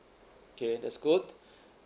K that's good